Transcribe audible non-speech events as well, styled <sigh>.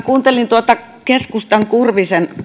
<unintelligible> kuuntelin tuota keskustan kurvisen